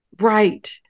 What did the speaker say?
Right